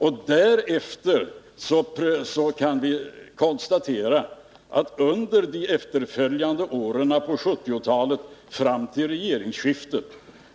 Under de efterföljande åren på 1970-talet fram till regeringsskiftet